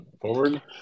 forward